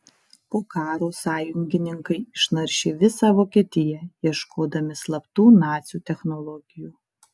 po karo sąjungininkai išnaršė visą vokietiją ieškodami slaptų nacių technologijų